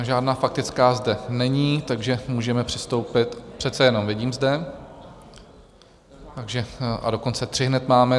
Žádná faktická zde není, takže můžeme přistoupit... přece jenom, vidím zde, a dokonce tři hned máme.